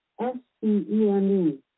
S-C-E-M-E